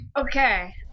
Okay